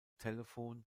telefon